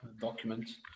documents